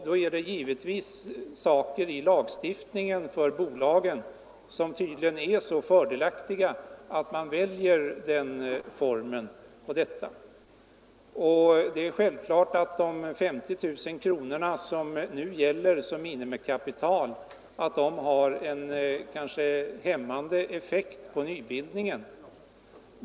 Det är givetvis lagstiftningen för bolag som är så fördelaktig att man väljer denna form. Det är självklart att de 50000 kronor som nu gäller såsom minimikapital har en hämmande effekt på nybildningarna.